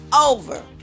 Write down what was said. over